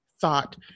thought